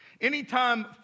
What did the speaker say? anytime